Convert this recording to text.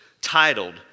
titled